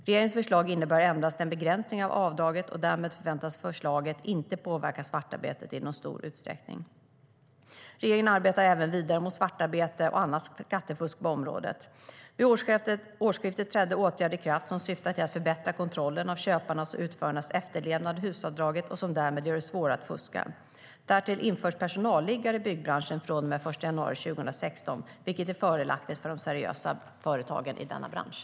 Regeringens förslag innebär endast en begränsning av avdraget, och därmed förväntas förslaget inte påverka svartarbetet i någon stor utsträckning. Regeringen arbetar även vidare mot svartarbete och annat skattefusk på området. Vid årsskiftet trädde åtgärder i kraft som syftar till att förbättra kontrollen av köparnas och utförarnas efterlevnad av HUS-avdraget och som därmed gör det svårare att fuska. Därtill införs personalliggare i byggbranschen från och med den 1 januari 2016, vilket är fördelaktigt för de seriösa företagen i denna bransch.